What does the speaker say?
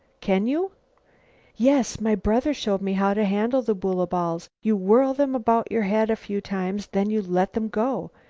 can you yes, my brother showed me how to handle the boola balls. you whirl them about your head a few times, then you let them go.